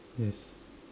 yes